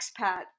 expat